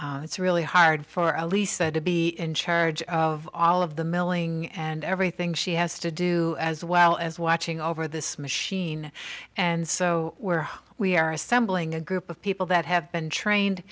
it's really hard for alisa to be in charge of all of the milling and everything she has to do as well as watching over this machine and so we're we are assembling a group of people that have been trained